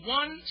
one